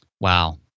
Wow